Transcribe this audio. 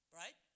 right